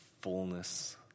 fullness